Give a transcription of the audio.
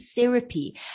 therapy